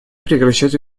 прекращать